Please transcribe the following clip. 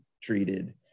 treated